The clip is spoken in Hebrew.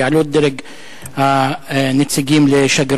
יעלו את דרג הנציגים לשגרירים.